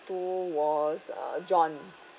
to was uh john